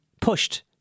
pushed